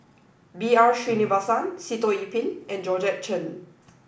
B R Sreenivasan Sitoh Yih Pin and Georgette Chen